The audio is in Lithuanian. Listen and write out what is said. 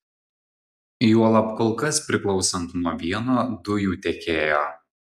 juolab kol kas priklausant nuo vieno dujų tiekėjo